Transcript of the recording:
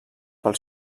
pel